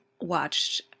watched